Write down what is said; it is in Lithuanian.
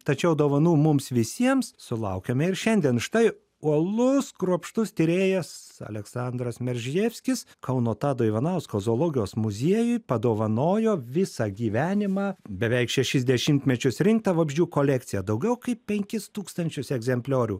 tačiau dovanų mums visiems sulaukiame ir šiandien štai uolus kruopštus tyrėjas aleksandras meržjeskis kauno tado ivanausko zoologijos muziejui padovanojo visą gyvenimą beveik šešis dešimtmečius rinktą vabzdžių kolekciją daugiau kaip penkis tūkstančius egzempliorių